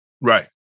Right